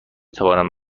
توانم